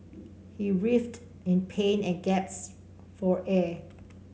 he writhed in pain and for air